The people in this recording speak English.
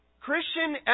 Christian